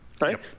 right